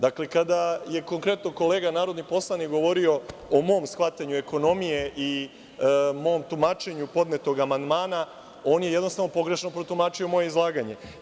Dakle, kada je konkretno kolega narodni poslanik govorio o mom shvatanju ekonomije i mom tumačenju podnetog amandmana, on je jednostavno pogrešno protumačio moje izlaganje.